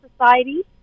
Society